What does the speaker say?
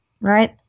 right